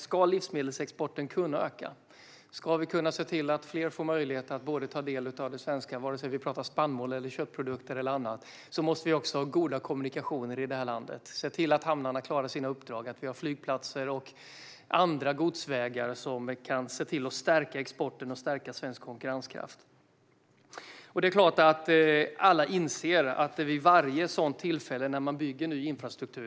Ska livsmedelsexporten kunna öka och ska vi kunna se till att fler får möjlighet att ta den av det svenska oavsett om vi talar om spannmål, köttprodukter eller annat måste vi ha goda kommunikationer i landet. Vi måste se till att hamnarna klarar sina uppdrag, att vi har flygplatser och andra godsvägar som kan stärka exporten och svensk konkurrenskraft. Alla inser att detta gäller vid varje sådant tillfälle när man bygger ny infrastruktur.